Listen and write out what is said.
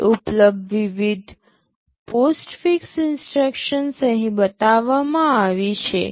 હવે ઉપલબ્ધ વિવિધ પોસ્ટફિક્સ ઇન્સટ્રક્શન અહીં બતાવવામાં આવી છે